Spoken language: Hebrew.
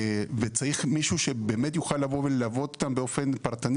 וצריך מישהו שבאמת יוכל ללוות אותם באופן פרטני